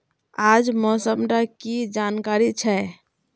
आज मौसम डा की जानकारी छै?